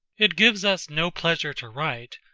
it gives us no pleasure to write,